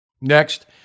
Next